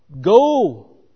go